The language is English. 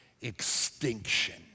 Extinction